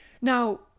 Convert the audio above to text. now